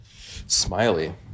smiley